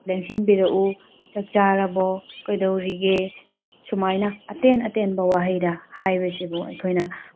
ꯂꯦꯡꯁꯤꯟꯕꯤꯔꯛꯎ ꯆꯥꯛ ꯆꯥꯔꯕ꯭ꯔꯣ ꯀꯩꯗꯧꯔꯤꯒꯦ ꯁꯨꯃꯥꯏꯅ ꯑꯇꯦꯟ ꯑꯇꯦꯟꯕ ꯋꯥꯍꯩꯗ ꯍꯥꯏꯕꯁꯤꯕꯨ ꯑꯩꯈꯣꯏꯅ